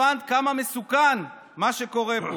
הבנת כמה מסוכן מה שקורה פה.